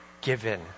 given